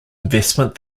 investment